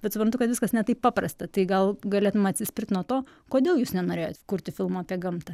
bet suprantu kad viskas ne taip paprasta tai gal galėtum atsispirt nuo to kodėl jūs nenorėjot kurti filmo apie gamtą